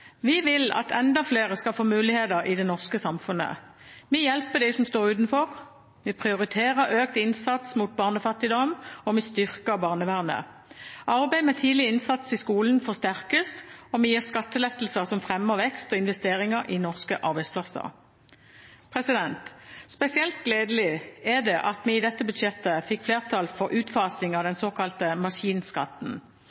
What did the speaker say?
Vi vil at enda flere skal få muligheter i det norske samfunnet. Vi hjelper dem som står utenfor, vi prioriterer økt innsats mot barnefattigdom, og vi styrker barnevernet. Arbeid med tidlig innsats i skolen forsterkes, og vi gir skattelettelser som fremmer vekst og investeringer i norske arbeidsplasser. Spesielt gledelig er det at vi i dette budsjettet fikk flertall for utfasing av